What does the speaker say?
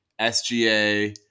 SGA